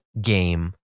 game